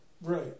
Right